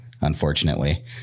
unfortunately